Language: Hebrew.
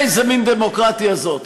איזה מין דמוקרטיה זו?